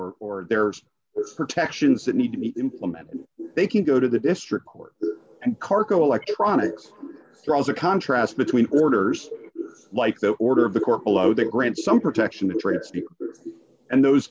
or or there's protections that need to meet implemented they can go to the district court and cargo electronics throws a contrast between orders like the order of the court below the grant some protection traits and those